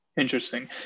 Interesting